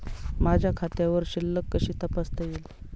माझ्या खात्यावरील शिल्लक कशी तपासता येईल?